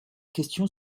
question